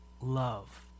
love